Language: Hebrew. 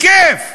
בכיף,